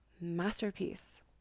masterpiece